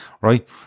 right